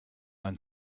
ein